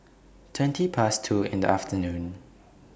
twenty Past two in The afternoon